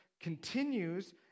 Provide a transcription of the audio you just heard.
continues